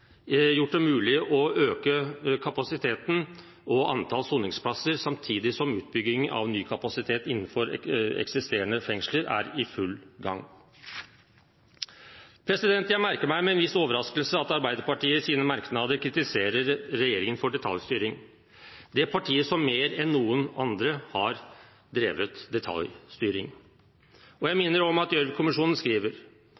gjort det mulig å øke kapasiteten og antall soningsplasser samtidig som utbygging av ny kapasitet innenfor eksisterende fengsler er i full gang. Jeg merker meg med en viss overraskelse at Arbeiderpartiet i sine merknader kritiserer regjeringen for detaljstyring – det partiet som mer enn noen andre har drevet detaljstyring. Jeg